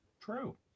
True